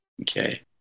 Okay